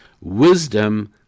Wisdom